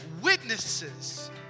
witnesses